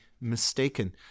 mistaken